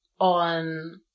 on